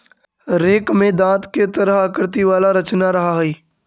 rake में दाँत के तरह आकृति वाला रचना रहऽ हई